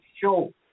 show